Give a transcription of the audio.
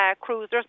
cruisers